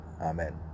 Amen